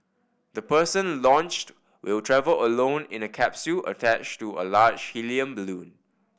the person launched will travel alone in a capsule attached to a large helium balloon